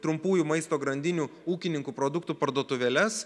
trumpųjų maisto grandinių ūkininkų produktų parduotuvėles